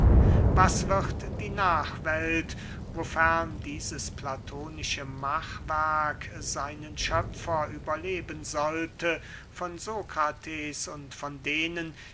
was wird die nachwelt wofern dieses platonische machwerk seinen schöpfer überleben sollte von sokrates und von denen